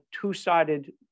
two-sided